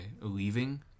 leaving